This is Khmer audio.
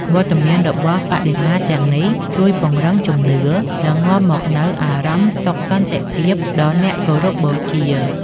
វត្តមានរបស់បដិមាទាំងនេះជួយពង្រឹងជំនឿ និងនាំមកនូវអារម្មណ៍សុខសន្តិភាពដល់អ្នកគោរពបូជា។